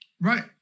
Right